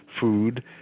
food